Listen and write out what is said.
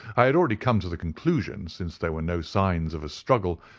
i had already come to the conclusion, since there were no signs of a struggle,